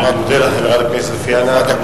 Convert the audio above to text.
אני מודה לך, חברת הכנסת פאינה.